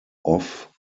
off